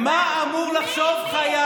מי?